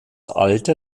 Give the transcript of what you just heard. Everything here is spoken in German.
alter